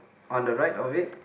on the right of it